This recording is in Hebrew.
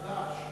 חד"ש,